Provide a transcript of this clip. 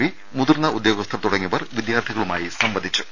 P മുതിർന്ന ഉദ്യോഗസ്ഥർ തുടങ്ങിയവർ വിദ്യാർഥികളുമായി സംവദിച്ചു